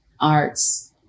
arts